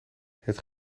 het